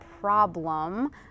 problem